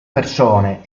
persone